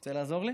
רוצה לעזור לי?